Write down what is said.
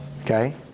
okay